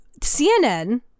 cnn